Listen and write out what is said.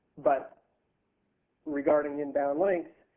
but regarding inbound links,